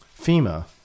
FEMA